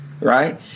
right